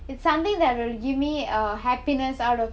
it's something that will give me happiness out of